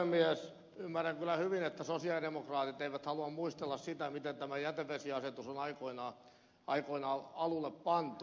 ymmärrän kyllä hyvin että sosialidemokraatit eivät halua muistella sitä miten tämä jätevesiasetus on aikoinaan alulle pantu